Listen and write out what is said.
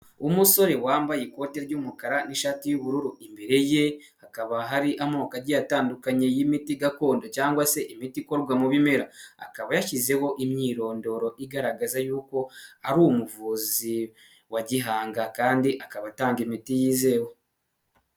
Umusore wambaye ikoti ry'umukara n'ishati y'ubururu, imbere ye hakaba hari amoko agiye, atandukanye y'imiti gakondo cyangwa se imiti ikorwa mu bimera akaba yashyizeho imyirondoro, igaragaza yuko ari umuvuzi wa gihanga kandi akaba atanga imiti yizewe.